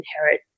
inherit